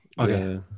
Okay